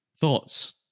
thoughts